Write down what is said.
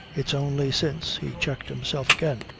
it's only since he checked himself again.